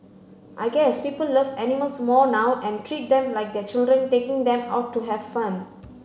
I guess people love animals more now and treat them like their children taking them out to have fun